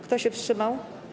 Kto się wstrzymał?